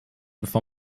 bevor